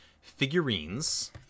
figurines